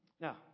Now